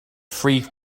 free